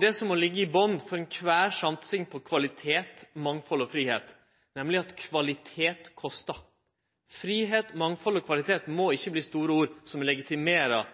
Det som må liggje i botn for alle satsingar på kvalitet, mangfold og fridom, er nemlig at kvalitet kostar. Fridom, mangfold og kvalitet må ikkje bli store ord som